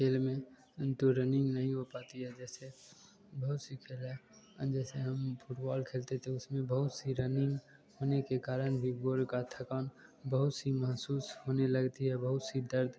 खेल में तो रनिंग नहीं हो पाती है जैसे बहुत सी खेल हैं जैसे हम फुटबॉल खेलते थे उसमें बहुत सी रनिंग होने के कारण फुटबाल का थकान बहुत सी महसूस होने लगती है बहुत सी दर्द